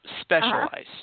Specialize